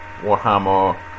Warhammer